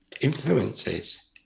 influences